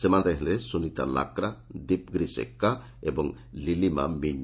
ସେମାନେ ହେଲେ ସୁନୀତା ଲାର୍କା ଦୀପ ଗ୍ରେସ୍ ଏକୁା ଏବଂ ଲିଲିମା ମିଞ୍ଞ